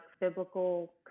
biblical